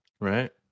Right